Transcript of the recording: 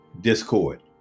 discord